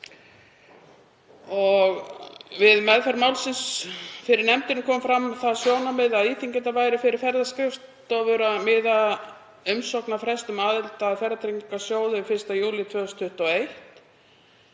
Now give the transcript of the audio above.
Við meðferð málsins fyrir nefndinni kom fram það sjónarmið að íþyngjandi væri fyrir ferðaskrifstofur að miða umsóknarfrest um aðild að Ferðatryggingasjóði við 1. júlí 2021.